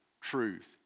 truth